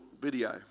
video